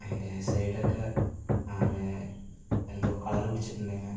അതിൻ്റെ സൈഡൊക്കെ ആകെ എന്തോ കളർ പിടിച്ചിട്ടുണ്ടായിരുന്നു